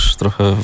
trochę